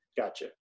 Gotcha